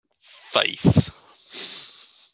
faith